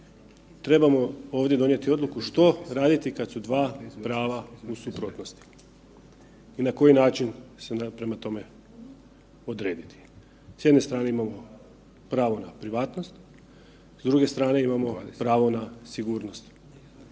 trebamo ovdje donijeti odluku što raditi kad su dva prava u suprotnosti i na koji način se prema tome odrediti. S jedne strane imamo pravo na privatnost, s druge stane imamo pravo na sigurnost.